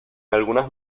algunas